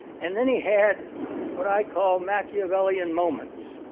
and then he had what i call machiavellian moments.